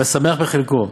והשמח בחלקו,